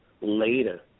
later